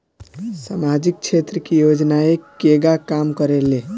सामाजिक क्षेत्र की योजनाएं केगा काम करेले?